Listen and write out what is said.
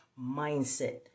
mindset